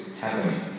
happening